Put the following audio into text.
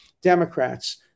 Democrats